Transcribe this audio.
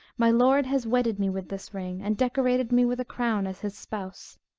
my lord has wedded me with this ring, and decorated me with a crown as his spouse.